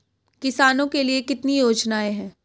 किसानों के लिए कितनी योजनाएं हैं?